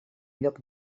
lloc